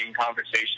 conversation